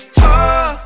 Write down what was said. talk